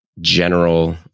general